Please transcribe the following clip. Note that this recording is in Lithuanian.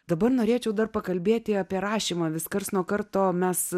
dabar norėčiau dar pakalbėti apie rašymą vis karts nuo karto mes